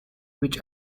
which